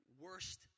worst